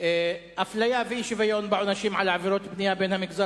אפליה ואי-שוויון בעונשים על עבירות בנייה בין המגזר